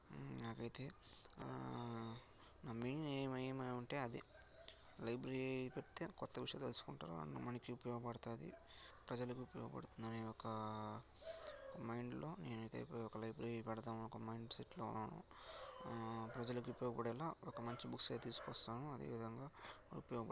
నాకైతే నా main aim ఏమం ఏమంటే అదే లైబ్రరీ పెడితే కొత్త విషయాలు తెలుసుకుంటారని మనకి ఉపయోగపడతుంది ప్రజలకు ఉపయోగపడతుందనే ఒక మైండ్లో నేనైతే ఇప్పుడు ఒక లైబ్రరీ పెడతాము అని ఒక మైండ్ సెట్లో ప్రజలకు ఉపయోగపడేలా ఒక మంచి బుక్సే తీసుకొస్తాను అదేవిధంగా ఉపయోగపడే